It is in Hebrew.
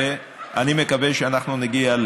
ואני מקווה שאנחנו נגיע,